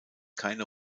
keine